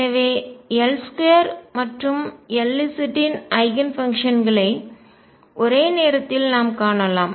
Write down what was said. எனவே L2 மற்றும் Lz இன் ஐகன்ஃபங்க்ஷன்களை ஒரே நேரத்தில் நான் காணலாம்